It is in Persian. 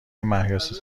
مهیاسازی